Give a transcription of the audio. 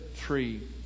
tree